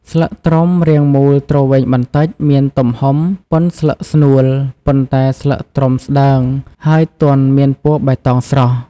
ស្លឹកត្រុំរាងមូលទ្រវែងបន្តិច មានទំហំ ប៉ុនស្លឹកស្នួល ប៉ុន្តែស្លឹកត្រុំស្ដើង ហើយទន់មានពណ៌បៃតងស្រស់។